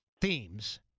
themes